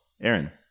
Aaron